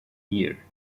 year